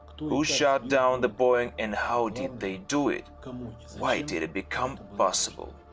who shot down the boeing and how did they do it? why did it become possible?